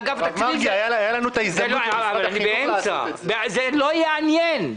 באגף תקציבים זה לא יעניין.